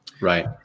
right